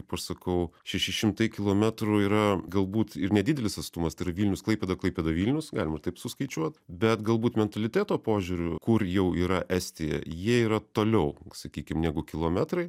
kaip aš sakau šeši šimtai kilometrų yra galbūt ir nedidelis atstumas tai yra vilnius klaipėda klaipėda vilnius galima ir taip suskaičiuot bet galbūt mentaliteto požiūriu kur jau yra estija jie yra toliau sakykim negu kilometrai